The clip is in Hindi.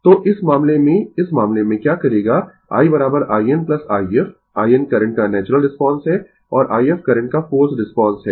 तो इस मामले में इस मामले में क्या करेगा i in i f in current का नेचुरल रिस्पांस है और i f करंट का फोर्स्ड रिस्पांस है